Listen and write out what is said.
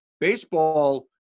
baseball